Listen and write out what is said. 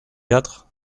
quatre